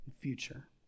future